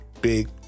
big